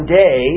day